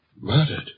Murdered